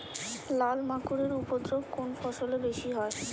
লাল মাকড় এর উপদ্রব কোন ফসলে বেশি হয়?